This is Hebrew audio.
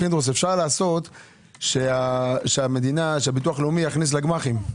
אפשר לעשות שהביטוח הלאומי יכניס לגמ"חים...